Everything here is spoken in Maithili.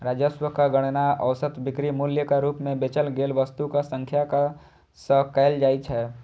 राजस्वक गणना औसत बिक्री मूल्यक रूप मे बेचल गेल वस्तुक संख्याक सं कैल जाइ छै